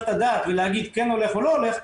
את הדעת ולהגיד 'כן הולך' או 'לא הולך',